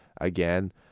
again